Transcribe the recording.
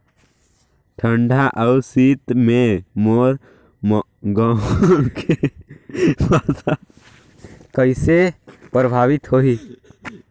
ठंडा अउ शीत मे मोर गहूं के फसल कइसे प्रभावित होही?